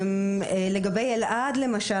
לגבי אלעד למשל,